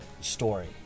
story